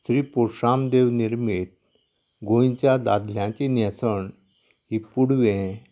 श्री पुरशामदेव निर्मीत गोंयच्या दादल्याची न्हेसण ही पुडवे